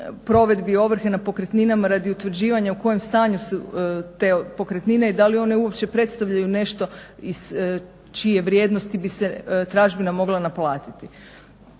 provedbi ovrhe na pokretninama radi utvrđivanja u kojem stanju su te pokretnine i da li one uopće predstavljaju nešto iz čije vrijednosti bi se tražbina mogla naplatiti.